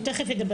הוא תכף ידבר.